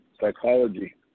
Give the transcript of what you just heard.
psychology